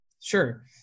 Sure